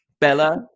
Bella